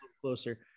closer